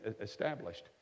established